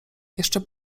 jeszcze